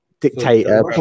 dictator